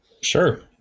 Sure